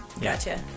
Gotcha